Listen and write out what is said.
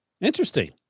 interesting